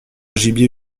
gibier